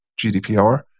GDPR